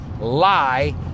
lie